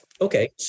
Okay